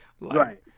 Right